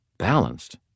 Balanced